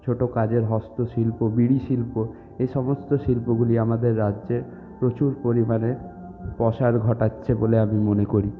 ছোটো কাজের হস্তশিল্প বিড়ি শিল্প এসমস্ত শিল্পগুলি আমাদের রাজ্যে প্রচুর পরিমাণে পসার ঘটাচ্ছে বলে আমি মনে করি